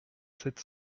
sept